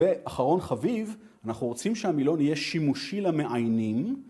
‫ואחרון חביב, אנחנו רוצים שהמילון ‫יהיה שימושי למעיינים.